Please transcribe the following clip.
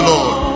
Lord